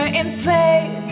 enslaved